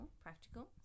practical